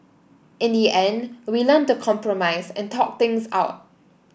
in the end we learnt to compromise and talk things out